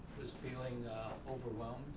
was feeling overwhelmed.